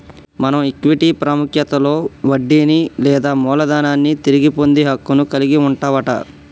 మనం ఈక్విటీ పాముఖ్యతలో వడ్డీని లేదా మూలదనాన్ని తిరిగి పొందే హక్కును కలిగి వుంటవట